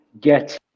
get